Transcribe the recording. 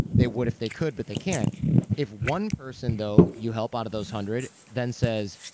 they would if they could, but they can't if one person though you help out of those hundred then says,